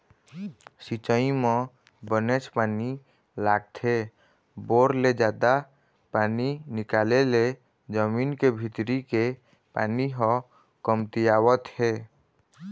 सिंचई म बनेच पानी लागथे, बोर ले जादा पानी निकाले ले जमीन के भीतरी के पानी ह कमतियावत हे